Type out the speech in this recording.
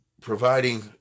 providing